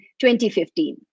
2015